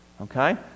okay